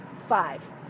Five